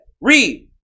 Read